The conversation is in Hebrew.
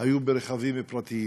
היו ברכבים פרטיים.